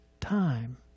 time